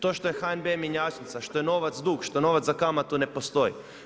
To što je HNB mjenjačnica, što je novac dug, što novac za kamatu ne postoji.